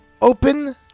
open